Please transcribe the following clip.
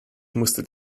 mustert